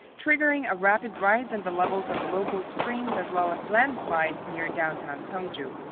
triggering a rapid rise in the levels of local streams, as well as landslides near downtown cheongju.